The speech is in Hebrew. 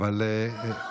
תודה, אדוני.